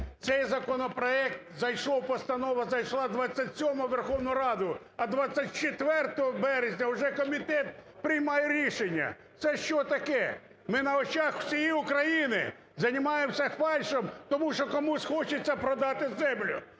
Цей законопроект зайшов, постанова зайшла 27-го у Верховну Раду, а 24 березня уже комітет приймає рішення. Це що таке? Ми на очах у всієї України займаємося фальшем, тому що комусь хочеться продати землю.